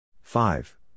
Five